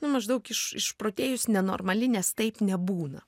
nu maždaug iš išprotėjus nenormali nes taip nebūna